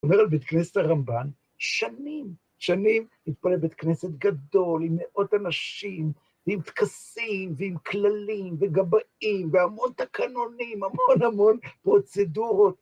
הוא אומר על בית כנסת הרמב״ן, שנים, שנים התפלל לבית כנסת גדול, עם מאות אנשים, ועם טקסים, ועם כללים, וגבאים, והמון תקנונים, המון המון פרוצדורות.